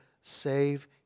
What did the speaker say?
save